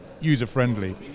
User-friendly